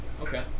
Okay